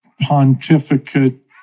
pontificate